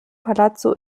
palazzo